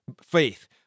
faith